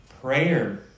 prayer